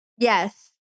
yes